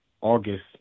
August